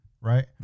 Right